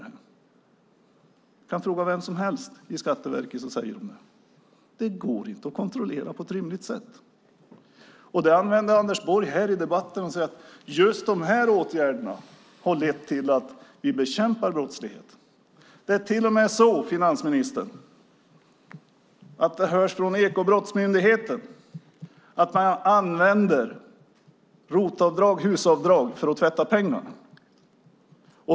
Man kan fråga vem som helst på Skatteverket och de säger: Det går inte att kontrollera på ett rimligt sätt. Anders Borg säger här i debatten att just de åtgärderna har lett till att brottsligheten bekämpas. Det är till och med så, finansministern, att vi hör från Ekobrottsmyndigheten att ROT-avdrag och HUS-avdrag används för att tvätta pengar.